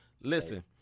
Listen